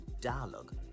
dialogue